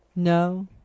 No